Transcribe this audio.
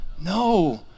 No